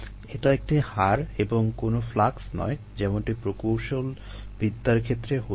এটা একটি হার এবং কোনো ফ্লাক্স নয় যেমনটি প্রকৌশলবিদ্যার ক্ষেত্রে হতো